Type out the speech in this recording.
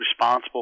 responsible